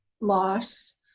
loss